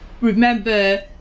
remember